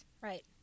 Right